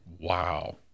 Wow